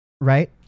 right